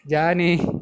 Johnny